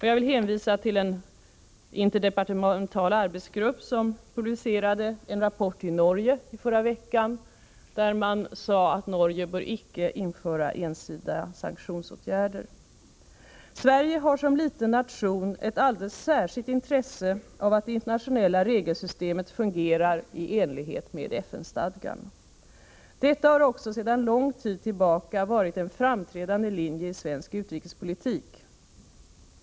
Jag vill hänvisa till en interdepartemental arbetsgrupp som publicerade en rapport i Norge i förra veckan, där man sade att Norge bör icke införa ensidiga sanktionsåtgärder. Sverige har som liten nation ett alldeles särskilt intresse av att det internationella regelsystemet fungerar i enlighet med FN-stadgan. Detta har också sedan lång tid tillbaka varit en framträdande linje i svensk utrikespolitik.